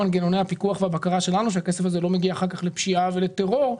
מנגנוני הפיקוח והבקרה שלנו שהכסף הזה לא מגיע אחר כך לפשיעה ולטרור.